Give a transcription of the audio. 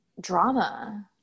drama